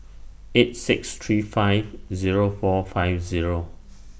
eight six three five Zero four five Zero